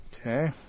Okay